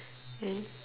and